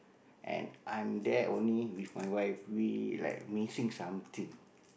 and I'm there only with my wife we like missing something